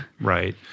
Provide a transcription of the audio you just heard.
Right